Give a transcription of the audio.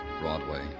Broadway